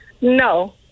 No